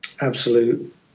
absolute